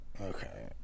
Okay